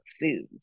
food